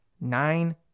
nine